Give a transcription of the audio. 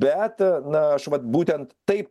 bet na aš vat būtent taip